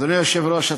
אדוני היושב-ראש,